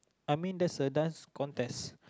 I mean that's a Dance Contest